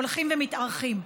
הולכים ומתארכים.